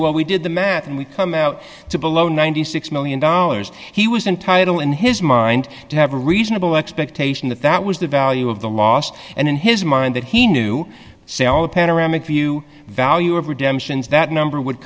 well we did the math and we come out to below ninety six million dollars he was entitle in his mind to have a reasonable expectation that that was the value of the last and in his mind that he knew say all the pain around if you value of redemptions that number would